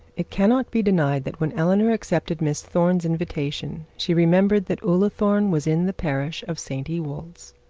it cannot be denied that when eleanor accepted miss thorne's invitation, she remembered that ullathorne was in the parish of st ewold's.